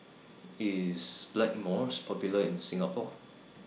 IS Blackmores Popular in Singapore